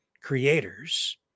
creators